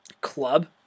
club